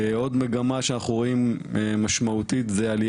עוד מגמה משמעותית שאנחנו רואים זה עליה